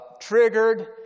triggered